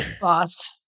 boss